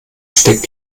steckt